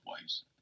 ways